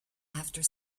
after